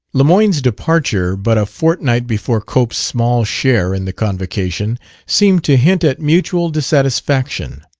lemoyne's departure but a fortnight before cope's small share in the convocation seemed to hint at mutual dissatisfaction